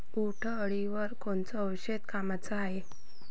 उंटअळीवर कोनचं औषध कामाचं हाये?